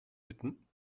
bitten